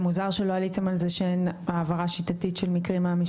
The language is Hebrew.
אז זה מוזר שלא עליתם על זה שאין העברה שיטתית של מקרים מהמשטרה.